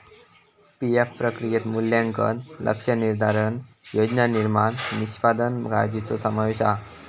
PF प्रक्रियेत मूल्यांकन, लक्ष्य निर्धारण, योजना निर्माण, निष्पादन काळ्जीचो समावेश हा